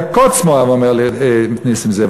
אומר נסים זאב,